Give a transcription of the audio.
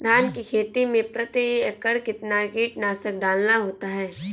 धान की खेती में प्रति एकड़ कितना कीटनाशक डालना होता है?